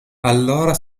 allora